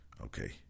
Okay